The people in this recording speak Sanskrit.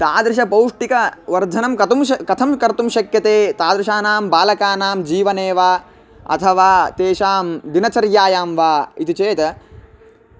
तादृशपौष्टिकवर्धनं कर्तु कथं कर्तुं शक्यते तादृशानां बालकानां जीवने वा अथवा तेषां दिनचर्यायां वा इति चेत्